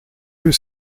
que